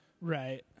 right